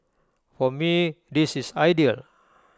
for me this is ideal